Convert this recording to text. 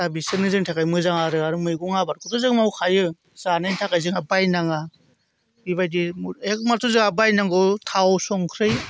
दा बिसोरनो जोंनि थाखाय मोजां आरो मैगं आबादखौ जों मावखायो जानायनि थाखाय जोंहा बायनाङा बेबायदि एगमाथ्र' जोंहा बायनांगौ थाव संख्रि